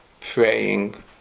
praying